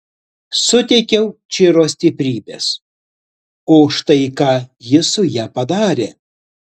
suteikiau čiro stiprybės o štai ką ji su ja padarė